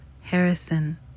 harrison